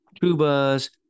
tubas